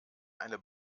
eine